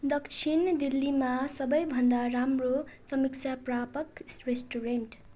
दक्षिण दिल्लीमा सबैभन्दा राम्रो समीक्षा प्रापक रेस्टुरेन्ट